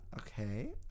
Okay